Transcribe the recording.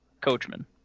Coachman